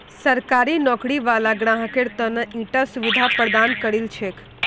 सरकारी नौकरी वाला ग्राहकेर त न ईटा सुविधा प्रदान करील छेक